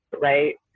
right